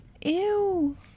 Ew